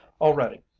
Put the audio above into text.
Already